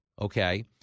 okay